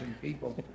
people